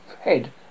head